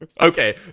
Okay